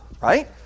Right